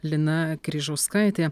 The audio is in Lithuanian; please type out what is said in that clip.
lina kryžauskaitė